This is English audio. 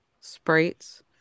sprites